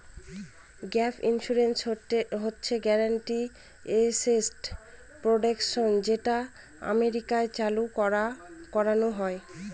gap insurance হচ্ছে guaranteed asset protection যেটা আমেরিকায় চালু করানো হয়